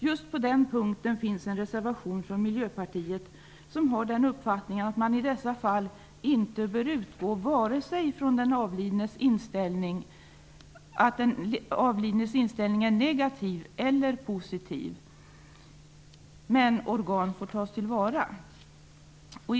Just på den punkten finns en reservation från Miljöpartiet, som har den uppfattningen att man i dessa fall inte bör utgå från att den avlidnes inställning varit vare sig positiv eller negativ, men att organ får tas till vara.